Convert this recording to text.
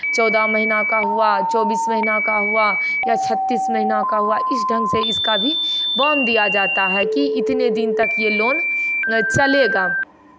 चौदह महीना का हुआ चौबीस महीना का हुआ या छत्तीस महीना का हुआ इस ढंग से इसका भी बाँध दिया जाता है कि इतने दिन तक ये लोन चलेगा